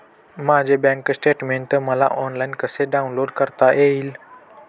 माझे bank statement मला online कसे डाउनलोड करता येईल?